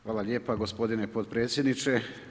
Hvala lijepo gospodine potpredsjedniče.